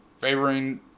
favoring